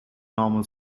normal